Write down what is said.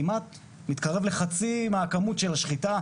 כמעט מתקרב לחצי מהכמות של השחיטה.